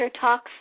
talks